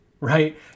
right